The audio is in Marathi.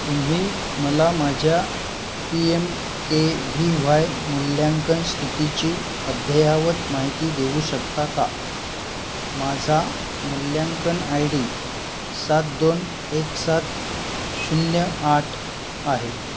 तुम्ही मला माझ्या P M K V Y मूल्यांकन स्थितीची अद्ययावत माहिती देऊ शकता का माझा मूल्यांकन आय डी सात दोन एक सात शून्य आठ आहे